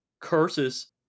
Curses